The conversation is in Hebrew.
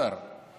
מאשר יוחנן בדר.